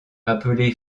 appelé